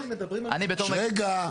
אחרת.